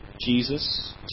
Jesus